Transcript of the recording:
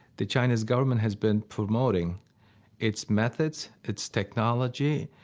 the chinese government has been promoting its methods, its technology,